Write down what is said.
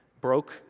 broke